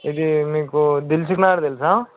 ఇది మీకు దిల్సుఖ్నగర్ తెలుసా